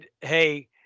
hey